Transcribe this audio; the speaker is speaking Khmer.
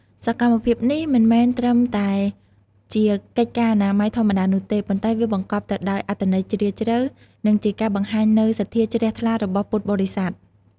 សកម្មភាពនេះមិនមែនត្រឹមតែជាកិច្ចការអនាម័យធម្មតានោះទេ ប៉ុន្តែវាបង្កប់ទៅដោយអត្ថន័យជ្រាលជ្រៅ និងជាការបង្ហាញនូវសទ្ធាជ្រះថ្លារបស់ពុទ្ធបរិស័ទ។